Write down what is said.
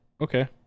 okay